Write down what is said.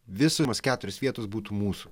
visos keturios vietos būtų mūsų